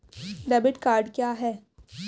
Debit card क्या है?